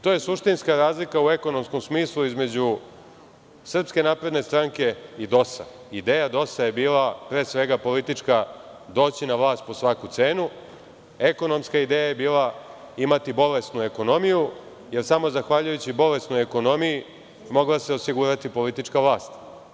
To je suštinska razlika u ekonomskom smislu između SNS i DOS-a, ideja DOS-a je bila, pre svega politička, doći na vlast po svaku cenu, ekonomska ideja je bila imati bolesnu ekonomiju, jer samo zahvaljujući bolesnoj ekonomiji mogla se osigurati politička vlast.